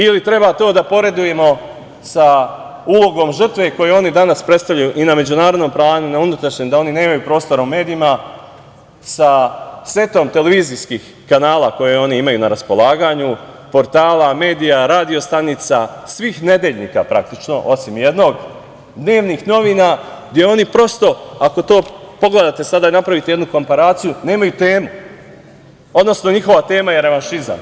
Ili, treba to da poredimo sa ulogom žrtve koju oni danas predstavljaju i na međunarodnom planu, na unutrašnjem, da oni nemaju prostora u medijima sa setom televizijskih kanala koje oni imaju na raspolaganju, portala, medija, radio stanica, svih nedeljnika praktično osim jednog, dnevnih novina gde oni prosto, ako to pogledate sada i napravite jednu komparaciju, nemaju temu, odnosno njihova tema je revanšizam.